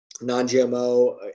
non-gmo